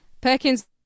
Perkins